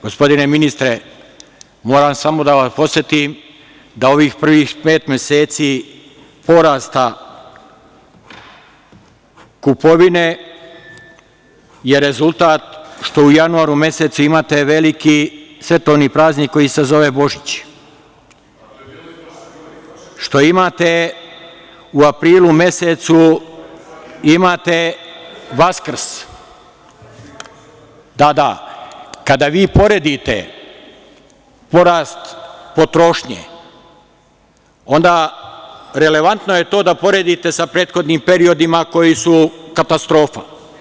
Gospodine ministre, moram samo da vas podsetim da ovih prvih pet meseci porasta kupovine, je rezultat što u januaru mesecu imate veliki svetovni praznik koji se zove „Božić“, što imate u aprilu mesecu „Vaskrs“. (Vladimir Orlić: Tako je bilo i prošle godine.) Tada kada vi poredite porast potrošnje, onda relevantno je to da poredite sa prethodnim periodima koji su katastrofa.